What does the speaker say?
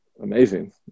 amazing